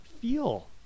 feel